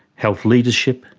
health leadership,